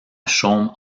chaumes